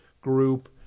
group